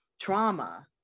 trauma